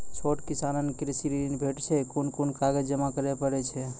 छोट किसानक कृषि ॠण भेटै छै? कून कून कागज जमा करे पड़े छै?